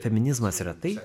feminizmas yra tai